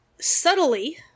subtly